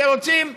שרוצים להישמע,